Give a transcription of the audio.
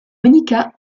monika